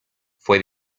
fue